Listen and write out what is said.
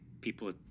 people